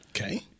Okay